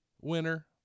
winner